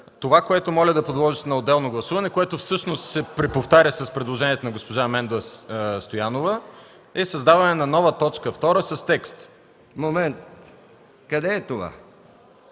Това, което моля да подложите на отделно гласуване и което всъщност се преповтаря с предложението на госпожа Менда Стоянова, е създаването на нова т. 2 с текст: „е преминал